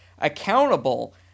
accountable